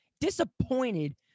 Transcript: Disappointed